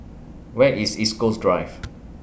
Where IS East Coast Drive